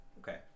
Okay